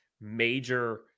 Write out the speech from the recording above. major